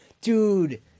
Dude